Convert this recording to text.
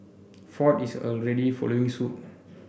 ford is already following suit